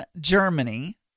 Germany